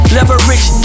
Leverage